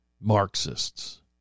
Marxists